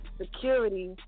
security